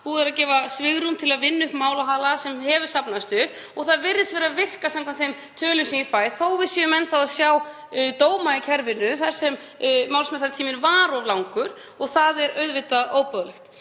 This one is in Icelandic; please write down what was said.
Búið er að gefa svigrúm til að vinna upp málahala sem hefur safnast upp og það virðist vera að virka samkvæmt þeim tölum sem ég fæ, þó að við séum enn þá að sjá dóma í kerfinu þar sem málsmeðferðartíminn var of langur og það er auðvitað óboðlegt.